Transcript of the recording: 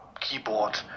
keyboard